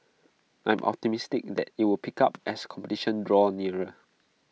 I am optimistic that IT will pick up as competition draws nearer